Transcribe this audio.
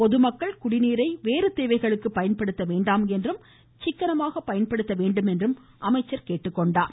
பொதுமக்கள் குடிநீரை வேறு தேவைகளுக்கு பயன்படுத்த வேண்டாம் என்றும் சிக்கனமாக பயன்படுத்த வேண்டுமென்றும் அவர் கேட்டுக்கொண்டார்